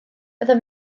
byddaf